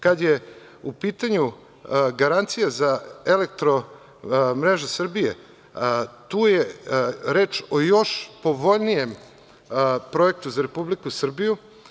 Kada je u pitanju garancija za „Elektromrežu Srbije“, tu je reč o još povoljnijem projektu za Republiku Srbiju.